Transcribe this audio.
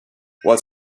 what